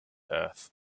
earth